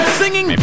singing